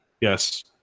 Yes